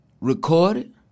recorded